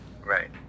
right